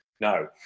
no